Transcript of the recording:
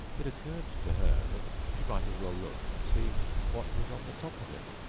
it occurred to her that she might as well look and see what was on the top of it.